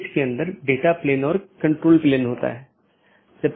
अगर हम पिछले व्याख्यान या उससे पिछले व्याख्यान में देखें तो हमने चर्चा की थी